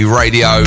radio